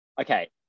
okay